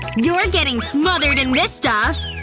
you're getting smothered in this stuff!